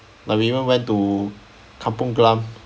like we even went to kampong glam